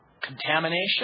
Contamination